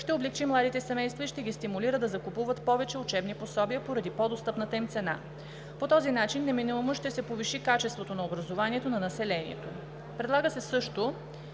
ще облекчи младите семейства и ще ги стимулира да закупуват повече учебни пособия поради по-достъпната им цена. По този начин неминуемо ще се повиши качеството на образованието на населението. Предлага се също